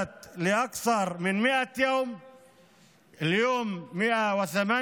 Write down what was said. אשר נמשכת יותר מ-100 ימים, היום זה היום ה-108,